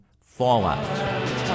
Fallout